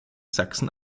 sachsen